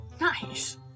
Nice